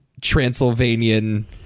Transylvanian